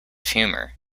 humour